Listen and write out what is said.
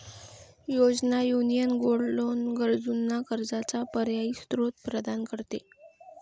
योजना, union gold loan गरजूंना कर्जाचा पर्यायी स्त्रोत प्रदान करते